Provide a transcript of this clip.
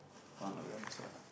some of them also